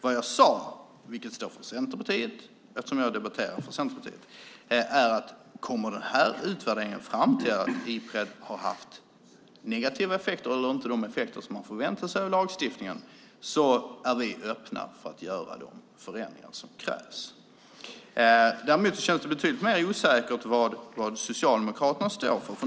Vad jag sade - vilket står för Centerpartiet eftersom jag debatterar för Centerpartiet - är att om utredaren vid utvärderingen kommer fram till att Ipredlagen haft negativa effekter eller inte haft de effekter som förväntas av lagstiftningen är vi öppna för att göra de förändringar som krävs. Vad Socialdemokraterna står för känns däremot betydligt osäkrare.